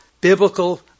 biblical